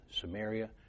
Samaria